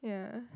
yeah